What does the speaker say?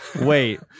wait